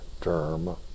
term